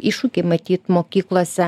iššūkiai matyt mokyklose